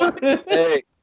Hey